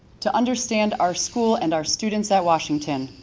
to understand our school and our students at washington,